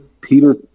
Peter